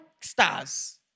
stars